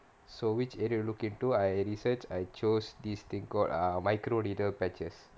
so which area to look into I research I chose this thing called err micro needle patches